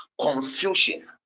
confusion